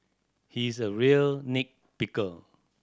he is a real nit picker